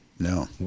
no